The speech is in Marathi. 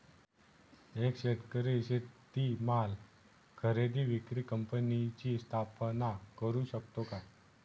एक शेतकरी शेतीमाल खरेदी विक्री कंपनीची स्थापना करु शकतो का?